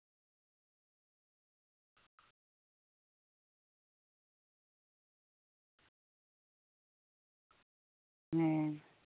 ᱦᱮᱸ